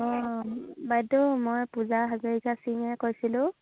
অঁ বাইদেউ মই পূজা হাজৰিকা সিঙে কৈছিলোঁ